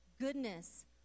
goodness